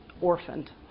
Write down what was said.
orphaned